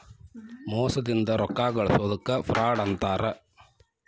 ಮೋಸದಿಂದ ರೊಕ್ಕಾ ಗಳ್ಸೊದಕ್ಕ ಫ್ರಾಡ್ ಅಂತಾರ